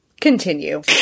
Continue